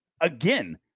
again